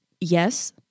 yes